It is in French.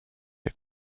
est